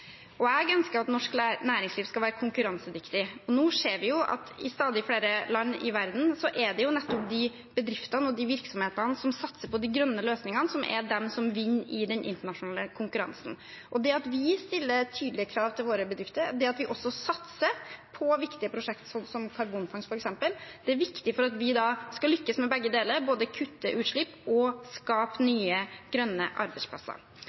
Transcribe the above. framtiden. Jeg ønsker at norsk næringsliv skal være konkurransedyktig, og nå ser vi at i stadig flere land i verden er det nettopp de bedriftene og de virksomhetene som satser på de grønne løsningene, som er de som vinner i den internasjonale konkurransen. Det at vi stiller tydelige krav til våre bedrifter, det at vi også satser på viktige prosjekter som karbonfangst f.eks., er viktig for at vi skal lykkes med begge deler, både kutte utslipp og skape nye, grønne arbeidsplasser.